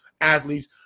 athletes